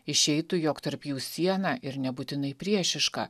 išeitų jog tarp jų siena ir nebūtinai priešiška